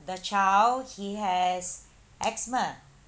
the child he has asthma